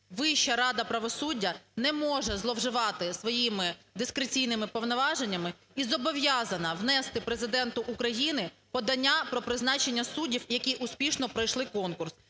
Вища рада правосуддя не може зловживати своїми дискреційними повноваженнями і зобов'язана внести Президенту України подання про призначення суддів, які успішно пройшли конкурс.